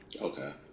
Okay